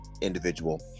individual